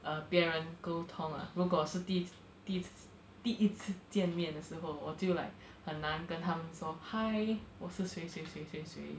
err 别人沟通 ah 如果是第一第一第一次见面的时候我就 like 很难跟他们说 hi 我是谁谁谁谁谁